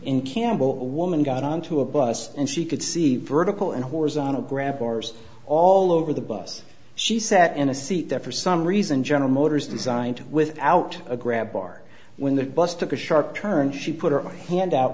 in campbell a woman got onto a bus and she could see vertical and horizontal grapplers all over the bus she sat in a seat that for some reason general motors designed without a grab bar when the bus took a sharp turn she put her hand out